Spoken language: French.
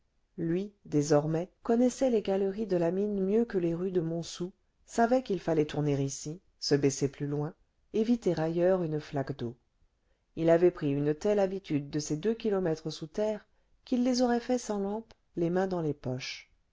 lui désormais connaissait les galeries de la mine mieux que les rues de montsou savait qu'il fallait tourner ici se baisser plus loin éviter ailleurs une flaque d'eau il avait pris une telle habitude de ces deux kilomètres sous terre qu'il les aurait faits sans lampe les mains dans les poches